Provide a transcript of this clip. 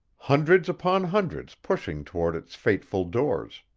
hundreds upon hundreds pushing toward its fateful doors.